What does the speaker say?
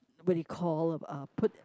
what they call about uh put